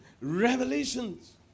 revelations